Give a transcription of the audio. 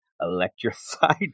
electrified